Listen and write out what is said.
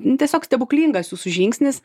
nu tiesiog stebuklingas jūsų žingsnis